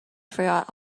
forgot